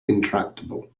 intractable